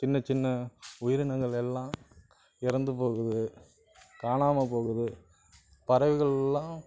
சின்ன சின்ன உயிரினங்கள் எல்லாம் இறந்து போகுது காணாமல் போகுது பறவைகள்லாம்